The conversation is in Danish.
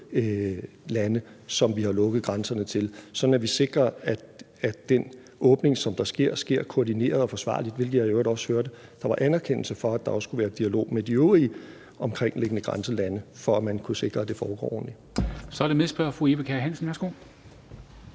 lande, som vi har lukket grænserne til, sådan at vi sikrer, at den åbning, som der sker, sker koordineret og forsvarligt – hvilket jeg i øvrigt også hørte at der var anerkendelse af, altså at der også skulle være dialog med de øvrige omkringliggende grænselande, for at man kan sikre, at det foregår ordentligt.